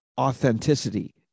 authenticity